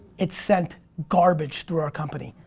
it sent garbage through our company.